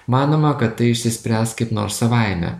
manoma kad tai išsispręs kaip nors savaime